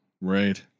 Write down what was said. Right